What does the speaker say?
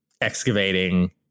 excavating